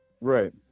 Right